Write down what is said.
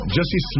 Jesse